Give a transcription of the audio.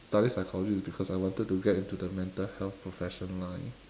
study psychology is because I wanted to get into the mental health profession line